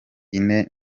ine